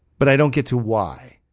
but i don't get to why!